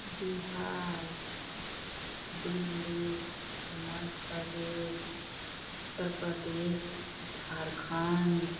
Bihar Delhi Madhya Pradesh Uttar Pradesh Jharkhand